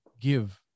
give